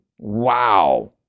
Wow